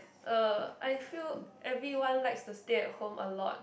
uh I feel everyone likes to stay at home a lot